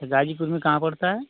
तो ग़ाज़ीपुर में कहाँ पड़ता है